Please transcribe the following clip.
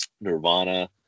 Nirvana